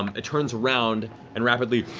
it turns around and rapidly